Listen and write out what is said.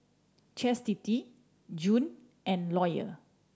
Chastity June and Lawyer